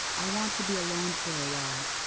i want to be alone for a while.